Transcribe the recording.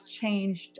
changed